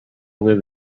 live